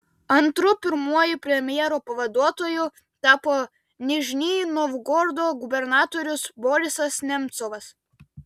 antru pirmuoju premjero pavaduotoju tapo nižnij novgorodo gubernatorius borisas nemcovas